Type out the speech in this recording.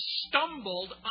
stumbled